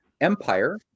empire